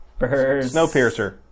Snowpiercer